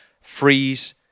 freeze